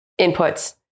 inputs